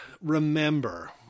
remember